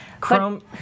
Chrome